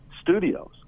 Studios